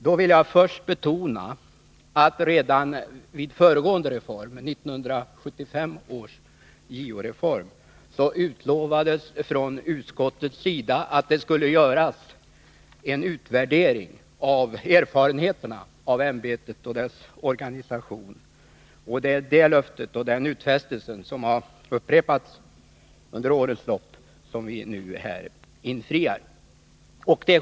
Då vill jag först betona att redan vid föregående reform, 1975 års JO-reform, utlovades från utskottets sida att det skulle göras en utvärdering av erfarenheterna av ämbetet och dess organisation. Det är den utfästelsen, som har upprepats under årens lopp, som vi nu här infriar.